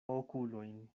okulojn